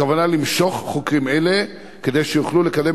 הכוונה היא למשוך חוקרים אלו כדי שיוכלו לקדם